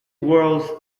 worlds